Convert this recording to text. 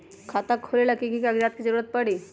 खाता खोले ला कि कि कागजात के जरूरत परी?